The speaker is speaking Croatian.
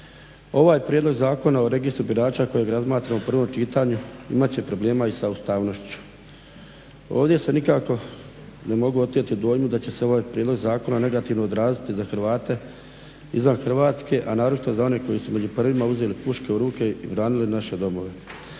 Ovaj prijedlog Zakona o registru birača kojeg razmatramo u prvom čitanju imat će problema i sa ustavnošću. Ovdje se nikako ne mogu oteti dojmu da će se ovaj prijedlog zakona negativno odraziti za Hrvate izvan Hrvatske, a naročito za one koji su među prvima uzeli puške u ruke i branili naše domove